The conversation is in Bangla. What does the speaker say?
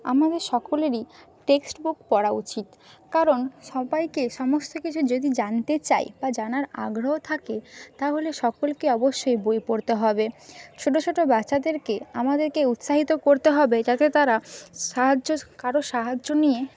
আমাদের সকলেরই টেক্সট বুক পড়া উচিত কারণ সব্বাইকে সমস্ত কিছু যদি জানতে চায় বা জানার আগ্রহ থাকে তাহলে সকলকে অবশ্যই বই পড়তে হবে ছোট ছোট বাচ্চাদেরকে আমাদেরকে উৎসাহিত করতে হবে যাতে তারা সাহায্য কারো সাহায্য নিয়ে